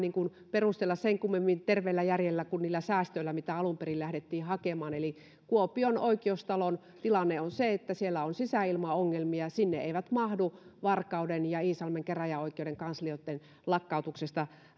perustella sen kummemmin terveellä järjellä kuin niillä säästöillä mitä alun perin lähdettiin hakemaan eli kuopion oikeustalon tilanne on se että siellä on sisäilmaongelmia ja sinne eivät mahdu varkauden ja iisalmen käräjäoikeuden kanslioitten lakkautuksesta